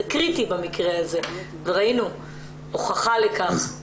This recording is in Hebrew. זה קריטי במקרה הזה, ראינו הוכחה לכך.